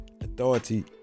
authority